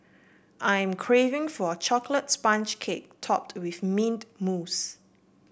I'm craving for a chocolate sponge cake topped with mint mousse